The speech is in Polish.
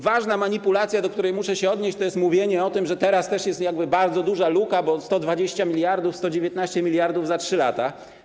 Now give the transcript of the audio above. Ważna manipulacją, do której muszę się odnieść, jest mówienie o tym, że teraz też jest bardzo duża luka, bo 120 mld, 119 mld za 3 lata.